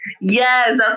Yes